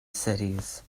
cities